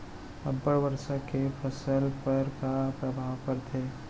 अब्बड़ वर्षा के फसल पर का प्रभाव परथे?